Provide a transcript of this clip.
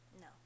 No